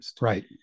right